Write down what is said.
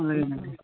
అలాగే అండి